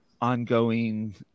ongoing